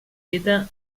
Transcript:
dita